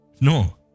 No